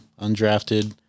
undrafted